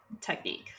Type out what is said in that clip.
technique